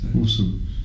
awesome